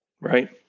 right